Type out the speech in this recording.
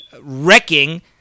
wrecking